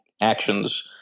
actions